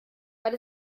weil